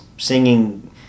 singing